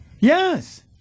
Yes